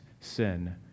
sin